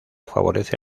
favorece